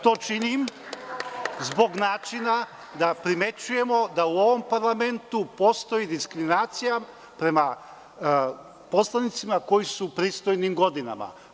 To činim zbog načina da primećujemo da u ovom parlamentu postoji diskriminacija prema poslanicima koji su u pristojnim godinama.